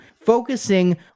focusing